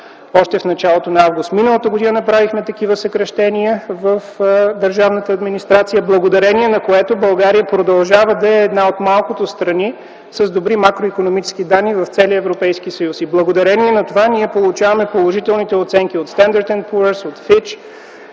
Още в началото на м. август на миналата година правихме такива съкращения в държавната администрация, благодарение на което България продължава да е една от малкото страни с добри макроикономически данни в целия Европейски съюз. Благодарение на това ние получаваме положителните оценки от „Standard and Рoorיִs”, от „Fitch”,